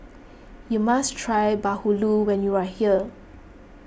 you must try Bahulu when you are here